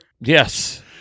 Yes